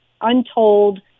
untold